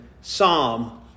Psalm